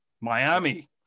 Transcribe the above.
miami